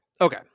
Okay